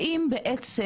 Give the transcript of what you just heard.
האם העצם,